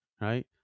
Right